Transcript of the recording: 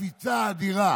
הקפיצה האדירה